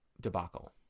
Debacle